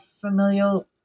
familial